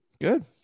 Good